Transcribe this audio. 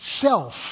self